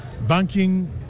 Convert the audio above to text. banking